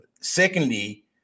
secondly